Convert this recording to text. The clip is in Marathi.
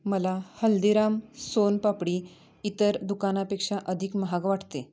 मला हल्दीराम सोन पापडी इतर दुकानापेक्षा अधिक महाग वाटते